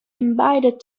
invited